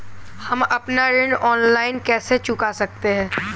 हम अपना ऋण ऑनलाइन कैसे चुका सकते हैं?